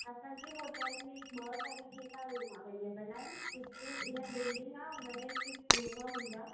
असांजी होटल में ॿ तरीके़ सां रूम अवेलिबल आहे हिक इय बिल्डिंग आहे उनमें सिर्फ़ रूम हूंदा